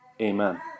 Amen